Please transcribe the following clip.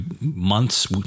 months